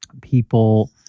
people